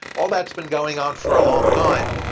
all that's been going on for a long time,